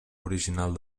original